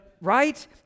right